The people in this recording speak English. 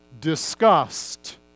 discussed